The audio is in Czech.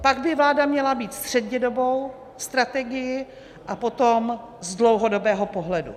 Pak by vláda měla mít střednědobou strategii a potom z dlouhodobého pohledu.